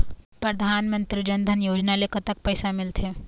परधानमंतरी जन धन योजना ले कतक पैसा मिल थे?